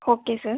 okay sir